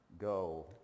go